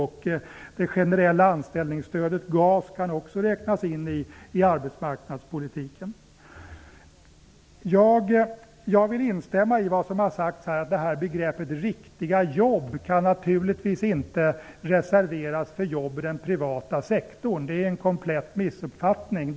Det generella anställningsstödet, GAS, kan också räknas in i arbetsmarknadspolitiken. Jag vill instämma i vad som här har sagts om riktiga jobb. Den benämningen kan naturligtvis inte reserveras för jobb i den privata sektorn. Det är en total missuppfattning.